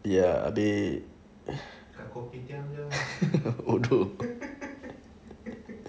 ya they bodoh